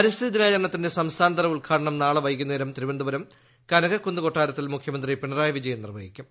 പരിസ്ഥിതി ദിനാചരണത്തിന്റെ സംസ്ഥാനതല ഉദ്ഘാടനം നാളെ വൈകുന്നേരം തിരുവനന്തപുരം കനകക്കുന്ന് കൊട്ടാരത്തിൽ മുഖ്യമന്ത്രി പിണറായി വിജയൻ നിർവ്വഹിക്കും